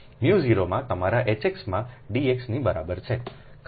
0 માં તમારા Hx માં dx ની બરાબર છે